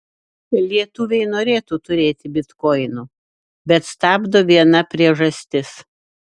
lietuviai norėtų turėti bitkoinų bet stabdo viena priežastis